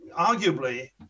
arguably